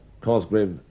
Cosgrave